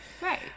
Right